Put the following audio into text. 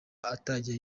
atajya